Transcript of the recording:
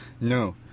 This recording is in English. no